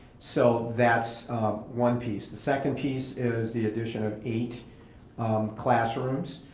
so that's one piece. the second piece is the addition of eight classrooms.